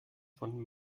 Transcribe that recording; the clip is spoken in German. von